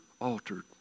altered